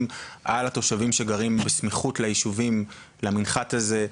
על התושבים שגרים בסמיכות למנחת הזה,